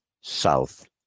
south